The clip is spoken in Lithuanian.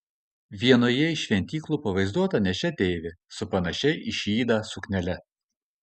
vienoje iš šventyklų pavaizduota nėščia deivė su panašia į šydą suknele